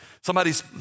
Somebody's